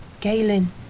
Galen